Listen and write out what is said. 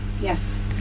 yes